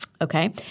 Okay